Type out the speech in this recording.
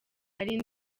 ari